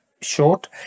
short